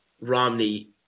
Romney